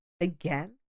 Again